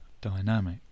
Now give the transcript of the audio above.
dynamic